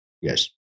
yes